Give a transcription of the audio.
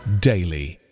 daily